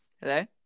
hello